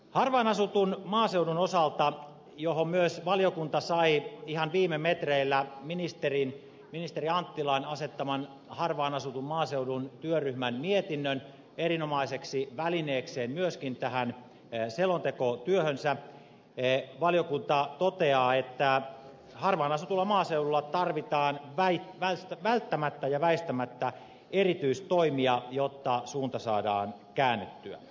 harvaanasutun maaseudun osalta johon myös valiokunta sai ihan viime metreillä ministeri anttilan asettaman harvaanasutun maaseudun työryhmän mietinnön erinomaiseksi välineekseen myöskin tähän selontekotyöhönsä valiokunta toteaa että harvaanasutulla maaseudulla tarvitaan välttämättä ja väistämättä erityistoimia jotta suunta saadaan käännettyä